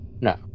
no